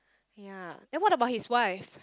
ya then what about his wife